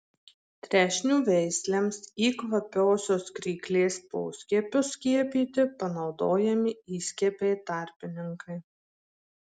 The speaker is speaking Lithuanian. trešnių veislėms į kvapiosios kryklės poskiepius skiepyti panaudojami įskiepiai tarpininkai